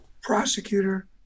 prosecutor